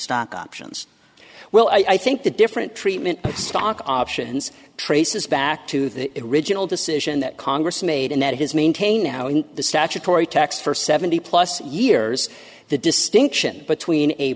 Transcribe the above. stock options well i think the different treatment of stock options traces back to the original decision that congress made and that his maintain now in the statutory tax for seventy plus years the distinction between a